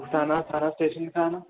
थाना थाना स्टेशन खां न